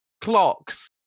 clocks